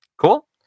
Cool